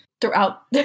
throughout